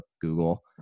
Google